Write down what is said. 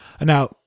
Now